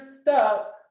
stuck